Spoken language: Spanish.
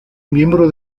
miembro